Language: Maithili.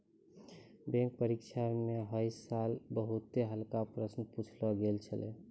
बैंक परीक्षा म है साल बहुते हल्का प्रश्न पुछलो गेल छलै